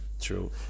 True